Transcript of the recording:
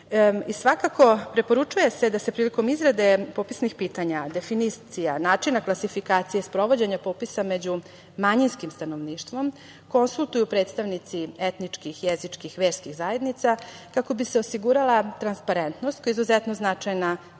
preporučuje se da se prilikom izrade popisnih pitanja, definicija, načina klasifikacije, sprovođenja popisa među manjinskim stanovništvom, konsultuju predstavnici etničkih, jezičkih, verskih zajednica, kako bi se osigurala transparentnost, koja je izuzetno značajna,